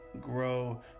grow